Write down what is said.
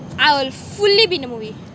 I will fully be in the movie